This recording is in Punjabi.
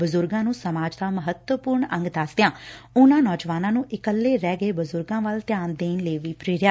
ਬਜੁਰਗਾਂ ਨੂੰ ਸਮਾਜ ਦਾ ਮਹੱਤਵਪੁਰਨ ਅੰਗ ਦਸਦਿਆਂ ਉਨਾਂ ਨੌਜਵਾਨਾਂ ਨੂੰ ਇਕੱਲੇ ਰਹਿ ਗਏ ਬਜੁਰਗਾਂ ਵੱਲੋਂ ਧਿਆਨ ਦੇਣ ਲਈ ਪ੍ਰੇਰਿਆ